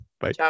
Bye